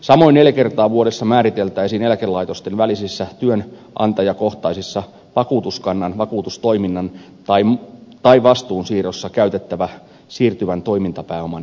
samoin neljä kertaa vuodessa määriteltäisiin eläkelaitosten välisissä työnantajakohtaisissa vakuutuskannan vakuutustoiminnan tai vastuun siirroissa käytettävä siirtyvän toimintapääoman määrä